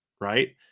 right